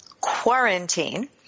Quarantine